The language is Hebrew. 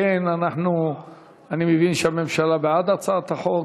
אני מבין שהממשלה בעד הצעת החוק.